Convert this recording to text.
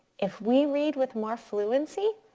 if we read with more fluency,